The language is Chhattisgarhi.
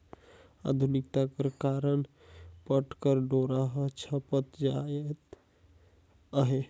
आधुनिकता कर कारन पट कर डोरा हर छपत जात अहे